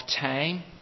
time